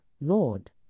Lord